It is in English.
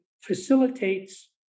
facilitates